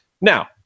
now